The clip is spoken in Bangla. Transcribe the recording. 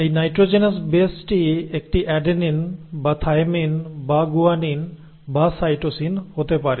এই নাইট্রোজেনাস বেসটি একটি অ্যাডেনিন বা থাইমিন বা গুয়ানিন বা সাইটোসিন হতে পারে